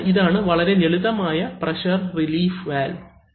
അതിനാൽ ഇതാണ് വളരെ ലളിതമായ പ്രഷർ റിലീഫ് വാൽവ്